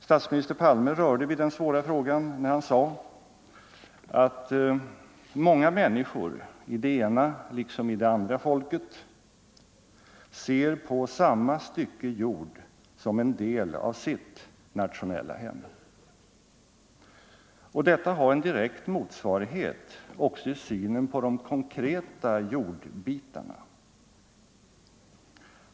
Statsminister Palme rörde vid den svåra frågan när han sade, att många människor i det ena liksom i det andra folket ser på samma stycke jord 161 som en del av sitt nationella hem. Och detta har en direkt motsvarighet också i synen på de konkreta jordstyckena.